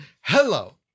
Hello